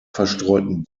verstreuten